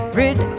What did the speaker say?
rid